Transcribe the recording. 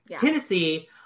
Tennessee